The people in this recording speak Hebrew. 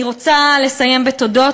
אני רוצה לסיים בתודות.